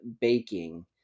baking